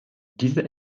diese